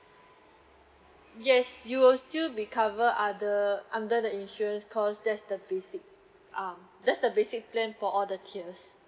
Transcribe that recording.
yes you will still be covered other under the insurance cause there's the basic um that's the basic plan for all the tiers